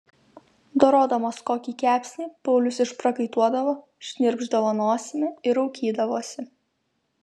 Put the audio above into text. dorodamas kokį kepsnį paulius išprakaituodavo šnirpšdavo nosimi ir raukydavosi